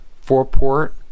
four-port